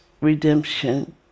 redemption